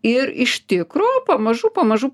ir iš tikro pamažu pamažu